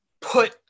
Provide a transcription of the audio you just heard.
put